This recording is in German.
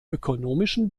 ökonomischen